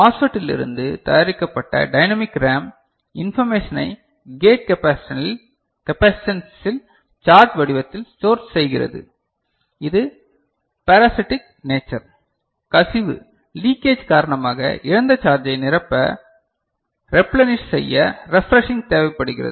MOSFET இலிருந்து தயாரிக்கப்பட்ட dynamic RAM இன்பர்மேஷனை கேட் கெபாசிடன்சில் சார்ஜ் வடிவத்தில் ஸ்டோர் செய்கிறது இது பெராசிடிக் நேச்சர் கசிவு லீகேஜ் காரணமாக இழந்த சார்ஜை நிரப்ப ரெப்லேனிஷ் செய்ய ரெஃப்றேஷிங் தேவைப்படுகிறது